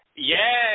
yes